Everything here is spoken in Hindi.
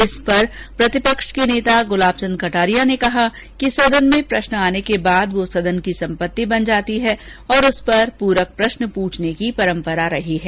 इस पर प्रतिपक्ष के नेता गुलाब चंद कटारिया ने कहा कि सदन में प्रश्न आने के बाद वह सदन की संपत्ति बन जाती है और उस पर पूरक प्रश्न पूछने की परंपरा रही है